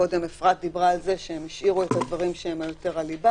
קודם אפרת דיברה על זה שהם השאירו את הדברים שהם יותר הליבה,